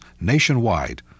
nationwide